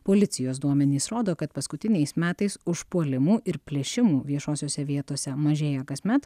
policijos duomenys rodo kad paskutiniais metais užpuolimų ir plėšimų viešosiose vietose mažėja kasmet